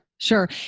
Sure